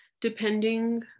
depending